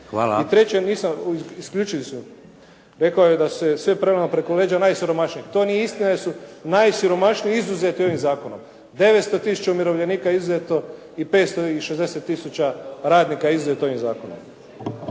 I treće, isključili su me, rekao je da se sve prelama preko leđa najsiromašnijih. To nije istina jer su najsiromašniji izuzeti ovim zakonom. 900 tisuća umirovljenika je izuzeto i 560 tisuća radnika je izuzeto ovim zakonom.